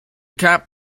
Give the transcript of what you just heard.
cap